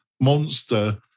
monster